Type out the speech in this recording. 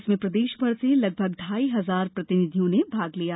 इसमें प्रदेश भर से लगभग ढाई हजार प्रतिनिधियों ने भाग लिया